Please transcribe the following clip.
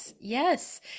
Yes